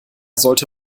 sollte